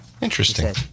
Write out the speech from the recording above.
Interesting